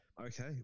Okay